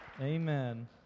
Amen